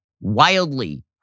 wildly